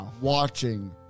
watching